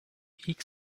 ilk